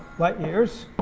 light years,